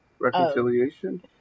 reconciliation